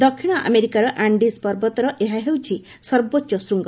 ଦକ୍ଷିଣ ଆମେରିକାର ଆଣ୍ଡିଜ୍ ପର୍ବତର ଏହା ହେଉଛି ସର୍ବୋଚ୍ଚ ଶୂଙ୍ଗ